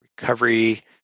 Recovery